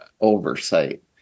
oversight